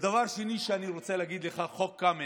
דבר שני שאני רוצה להגיד לך, חוק קמיניץ.